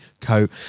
coat